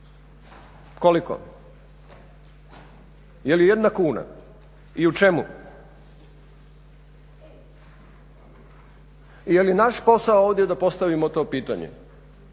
Koliko? Je li jedna kuna i u čemu? Je li naš posao ovdje da postavimo to pitanje